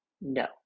No